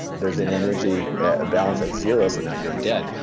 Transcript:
there's an energy, a balance at zero, so now, you're dead.